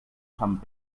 sant